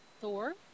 Thor